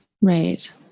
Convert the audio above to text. Right